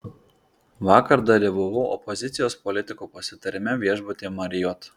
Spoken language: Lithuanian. vakar dalyvavau opozicijos politikų pasitarime viešbutyje marriott